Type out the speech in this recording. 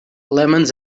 lemons